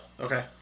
Okay